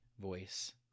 voice